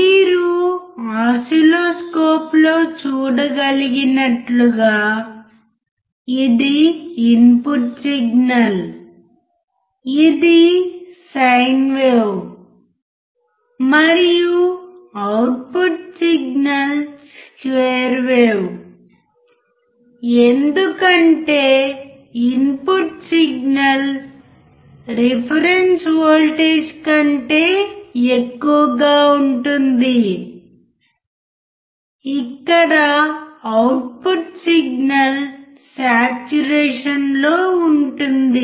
మీరు ఓసిల్లోస్కోప్లో చూడగలిగినట్లుగా ఇది ఇన్పుట్ సిగ్నల్ ఇది సైన్ వేవ్ మరియు అవుట్పుట్ సిగ్నల్ స్క్వేర్ వేవ్ ఎందుకంటే ఇన్పుట్ సిగ్నల్ రిఫరెన్స్ వోల్టేజ్ కంటే ఎక్కువగా ఉంటుంది ఇక్కడ అవుట్పుట్ సిగ్నల్ సాట్చురేషన్ లో ఉంటుంది